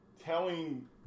telling